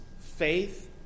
faith